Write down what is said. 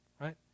right